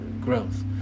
growth